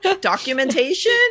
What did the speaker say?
documentation